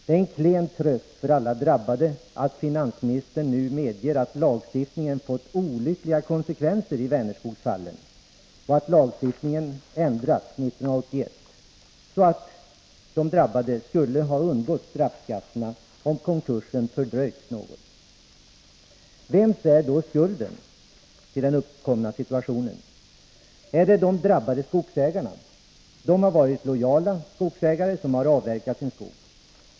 Det är en klen tröst för alla drabbade att finansministern nu medger att lagstiftningen fått olyckliga konsekvenser i Vänerskogsfallet och att lagstiftningen ändrats 1981, så att de drabbade skulle ha undgått straffskatter om konkursen fördröjts något. Vems är då skulden till den uppkomna situationen? Ligger den hos de drabbade skogsägarna? De har varit lojala som skogsägare och avverkat sin skog.